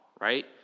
right